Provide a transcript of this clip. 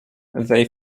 they